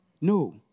No